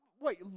Wait